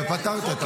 ופתרת את הבעיה.